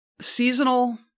seasonal